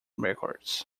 records